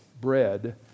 bread